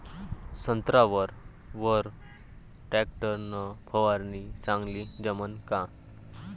संत्र्यावर वर टॅक्टर न फवारनी चांगली जमन का?